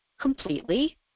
completely